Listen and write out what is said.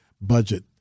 budget